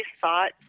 thought